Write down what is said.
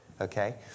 Okay